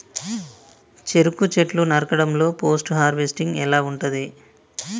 చెరుకు చెట్లు నరకడం లో పోస్ట్ హార్వెస్టింగ్ ఎలా ఉంటది?